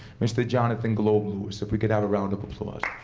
mr. jonathan globe lewis. if we can have a round of applause.